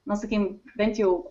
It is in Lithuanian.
na sakykim bent jau